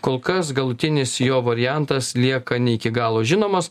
kol kas galutinis jo variantas lieka ne iki galo žinomas